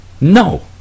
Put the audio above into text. No